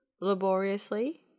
laboriously